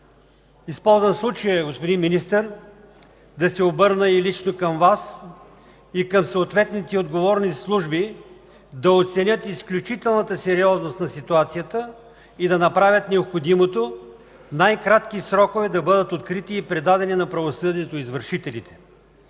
Използвам случая, господин Министър, да се обърна лично към Вас и към съответните отговорни служби да оценят изключителната сериозност на ситуацията и да направят необходимото в най-кратки срокове да бъдат открити и предадени на правосъдието извършителите